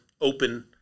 open